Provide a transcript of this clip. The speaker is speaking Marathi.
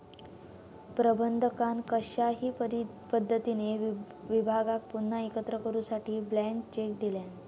प्रबंधकान कशाही पद्धतीने विभागाक पुन्हा एकत्र करूसाठी ब्लँक चेक दिल्यान